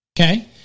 okay